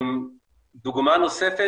דוגמה נוספת,